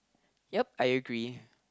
ya I agree